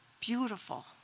beautiful